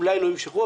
אולי לא ימשכו,